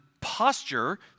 posture